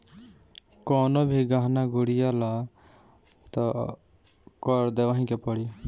कवनो भी गहना गुरिया लअ तअ कर देवही के पड़ी